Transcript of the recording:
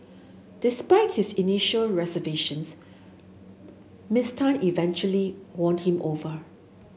despite his initial reservations Miss Tan eventually won him over